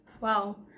Wow